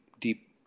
deep